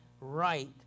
right